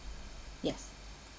yes